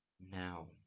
now